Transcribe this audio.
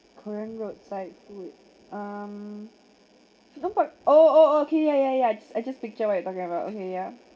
korean roadside food um you know what oh oh okay ya ya ya I just I just picture what you talking about okay ya